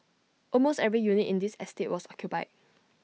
almost every unit in this estate was occupied